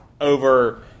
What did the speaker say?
over